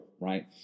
right